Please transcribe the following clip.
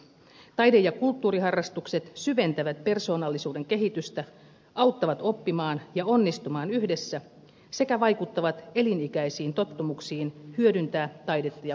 taide ja kulttuuriharrastukset syventävät persoonallisuuden kehitystä auttavat oppimaan ja onnistumaan yhdessä sekä vaikuttavat elinikäisiin tottumuksiin hyödyntää taidetta ja kulttuuria